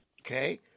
Okay